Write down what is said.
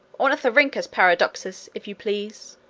ornithorhynchus paradoxus, if you please,